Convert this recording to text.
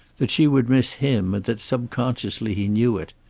that she would miss him, and that subconsciously he knew it.